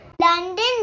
London